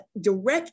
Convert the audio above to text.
direct